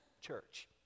church